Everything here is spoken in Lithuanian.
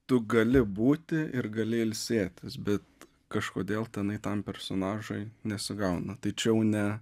tu gali būti ir gali ilsėtis bet kažkodėl tenai tam personažui nesigauna tai čia jau ne